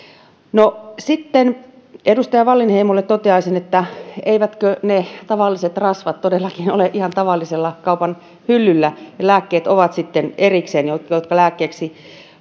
sitten edustaja wallinheimolle toteaisin että eivätkö ne tavalliset rasvat todellakin ole ihan tavallisella kaupan hyllyllä ja erikseen ovat sitten lääkkeet jotka lääkkeeksi